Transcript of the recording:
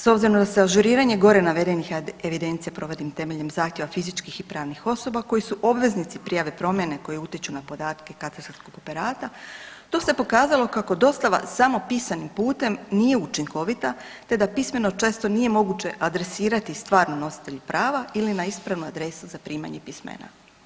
S obzirom da se ažurira gore navedenih evidencija provodi temeljem zahtjeva fizičkih i pravnih osoba koji su obveznici prijave promjene koje utječu na podatke katastarskog operata, tu se pokazalo kako dostava samo pisanim putem nije učinkovita te da pismeno često nije moguće adresirati stvarno nositelju prava ili na ispravnu adresu za primanje pismena.